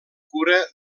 cura